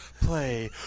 play